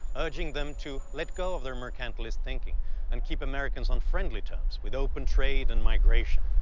urging them to let go of their mercantilist thinking and keep americans on friendly terms with open trade and migration.